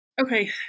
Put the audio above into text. Okay